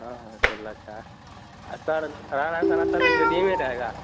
हाँ हाँ सोलह छा आ सर लग रहा सर आपका इस्टेडियम में ही रहेगा